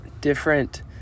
Different